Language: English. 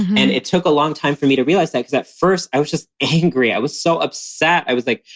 and it took a long time for me to realize that because at first i was just angry. i was so upset. i was like,